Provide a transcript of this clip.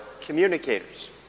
communicators